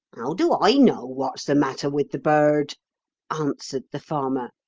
how do i know what's the matter with the bird answered the farmer.